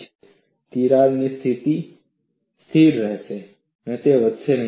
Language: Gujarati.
તેથી તિરાડ સ્થિર રહેશે તે વધશે નહીં